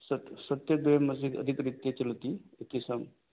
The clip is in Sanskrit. सत् अधिकृत्य चलति एतेषाम्